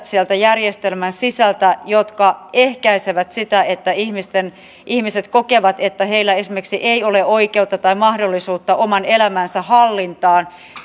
sieltä järjestelmän sisältä ne ongelmakohdat jotka aiheuttavat sitä että ihmiset kokevat että heillä esimerkiksi ei ole oikeutta tai mahdollisuutta oman elämänsä hallintaan